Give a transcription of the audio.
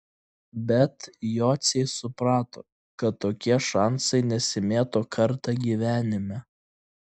bet jociai suprato kad tokie šansai nesimėto kartą gyvenime